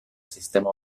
sistema